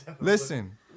Listen